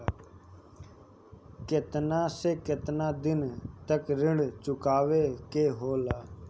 केतना से केतना दिन तक ऋण चुकावे के होखेला?